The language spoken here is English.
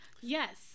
Yes